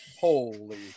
holy